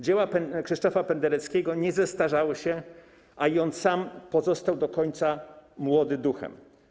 Dzieła Krzysztofa Pendereckiego nie zestarzały się, a i on sam pozostał do końca młody duchem.